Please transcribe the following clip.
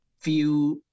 feel